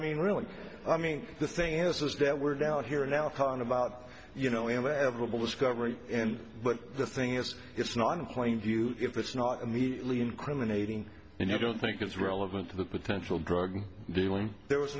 mean really i mean the thing is is that we're down here now talking about you know and level discovery and but the thing is it's not in plain view if it's not immediately incriminating and you don't think it's relevant to the potential drug dealing there was